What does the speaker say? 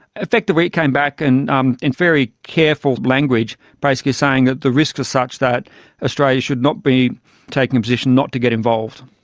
effectively it came back and um in very careful language basically said that the risks were such that australia should not be taking a position not to get involved.